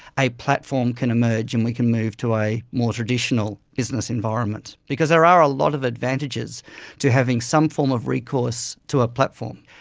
a platform can emerge and we can move to a more traditional business environment. because there are a lot of advantages to having some form of recourse to a platform.